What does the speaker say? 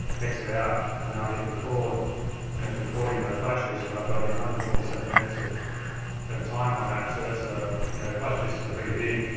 exit out, and now i hit record and it's recording to that flash disk and i've got one you know hundred and forty seven minutes of of time on that. so that's a, you know, the flash disks are really big,